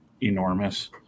enormous